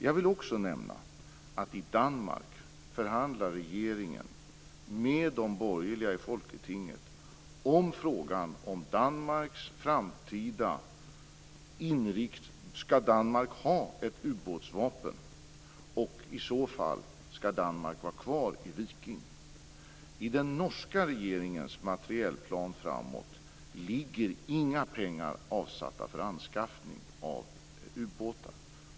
Jag vill också nämna att i Danmark förhandlar regeringen med de borgerliga i Folketinget om frågan om ifall Danmark skall ha ett ubåtsvapen och, i så fall, om Danmark skall vara kvar i Viking. I den norska regeringens materielplan framåt ligger inga pengar avsatta för anskaffning av ubåtar.